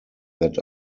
that